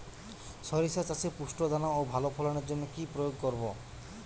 শরিষা চাষে পুষ্ট দানা ও ভালো ফলনের জন্য কি প্রয়োগ করব?